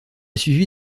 suivi